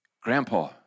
grandpa